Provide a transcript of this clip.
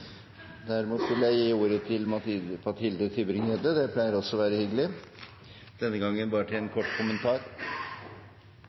Derimot vil jeg gi ordet til Mathilde Tybring-Gjedde – det pleier også å være hyggelig – men denne gangen bare til en